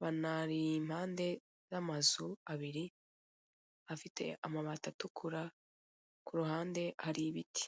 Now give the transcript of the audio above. banari impande y'amazu abiri afite amabati atukura ku ruhande hari ibiti.